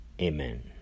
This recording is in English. Amen